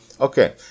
Okay